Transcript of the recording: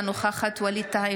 אינה נוכחת ווליד טאהא,